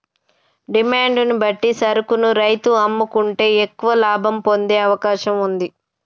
demand ను బట్టి సరుకును రైతు అమ్ముకుంటే ఎక్కువ లాభం పొందే అవకాశం వుంది